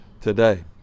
today